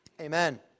amen